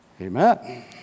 amen